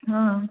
हां